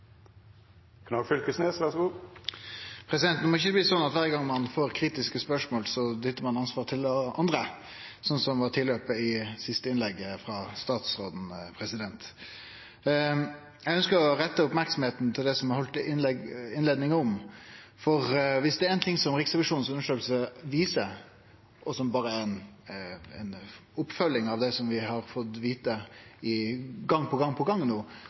Det må ikkje bli slik at kvar gong ein får kritiske spørsmål, dyttar ein ansvaret over på andre, som det var tilløp til i det siste innlegget frå statsråden. Eg ønskjer å rette merksemda mot det som eg innleidde om, for viss det er noko undersøkinga til Riksrevisjonen viser, og som berre er ei oppfølging av det som vi har fått vite gong på gong på gong, er det at vi ikkje veit nok om situasjonen for bebuarane på